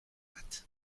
bat